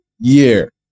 year